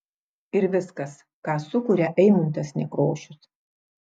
ir viskas ką sukuria eimuntas nekrošius